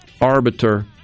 arbiter